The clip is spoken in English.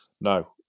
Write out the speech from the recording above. No